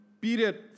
period